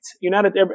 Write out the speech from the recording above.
United